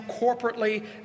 corporately